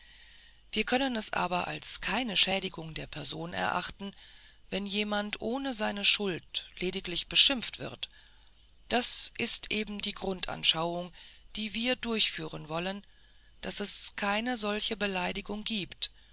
wir können es aber als keine schädigung der person erachten wenn jemand ohne seine schuld lediglich beschimpft wird das ist eben die grundanschauung die wir durchführen wollen daß es keine solche beleidigung gibt